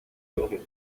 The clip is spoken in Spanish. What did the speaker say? vibración